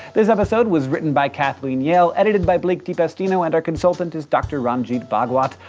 this episode was written by kathleen yale, edited by blake de pastino, and our consultant is dr. ranjit bhagwat.